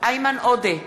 איימן עודה,